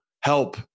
help